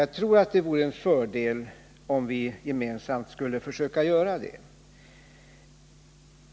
Jag tror att det vore en fördel om vi gemensamt skulle försöka göra det.